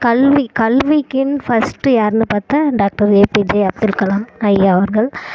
கல்வி கல்விக்குன் ஃபஸ்ட்டு யாருனு பார்த்தா டாக்டர் ஏபிஜெ அப்துல்கலாம் ஐயா அவர்கள்